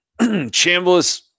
Chambliss